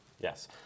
Yes